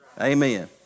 Amen